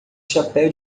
chapéu